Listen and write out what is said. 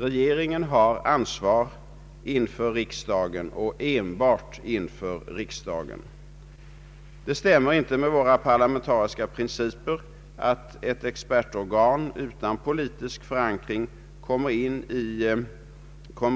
Regeringen har ansvar inför riksdagen och enbart inför riksdagen. Det stämmer inte med våra parlamentariska principer att ett expertorgan utan politisk förankring kommer